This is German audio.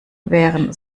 wären